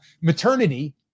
maternity